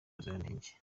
ubuziranenge